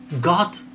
God